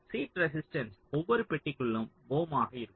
seat resistance ஒவ்வொரு பெட்டிக்கும் ohm ஆக இருக்கும்